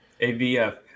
AVF